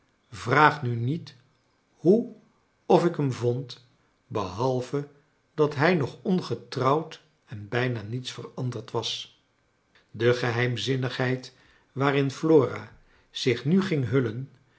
vraag nu niet hoe of ik hem vond behalve dat hij nog ongetrouwd en bijna niets veranderd was de geheimzinnigheid waarin flora zich nu ging hullen